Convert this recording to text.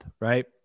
right